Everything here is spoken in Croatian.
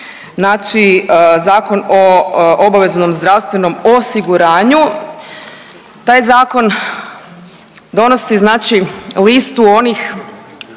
Znači Zakon o obaveznom zdravstvenom osiguranju. Taj zakon donosi znači listu onih